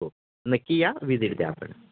हो नक्की या व्हिजिट द्या आपण